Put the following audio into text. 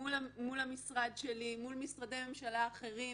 מול המשרד שלי, מול משרדי ממשלה אחרים,